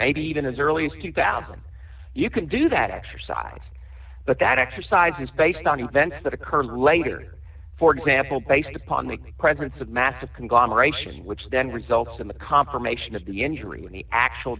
maybe even as early as two thousand you can do that exercise but that exercise is based on events that occur later for example based upon the presence of massive conglomeration which then results in the confirmation of the injury when the actual